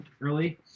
early